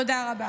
תודה רבה.